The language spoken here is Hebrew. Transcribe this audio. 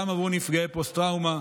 גם עבור נפגעי פוסט-טראומה.